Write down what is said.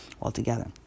altogether